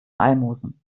almosen